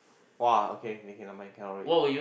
!wah! okay okay nevermind cannot wait